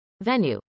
Venue